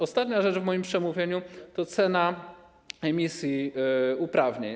Ostatnia rzecz w moim przemówieniu dotyczy ceny emisji uprawnień.